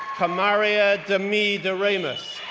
kamaria demi deramus,